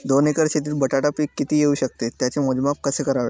दोन एकर शेतीत बटाटा पीक किती येवू शकते? त्याचे मोजमाप कसे करावे?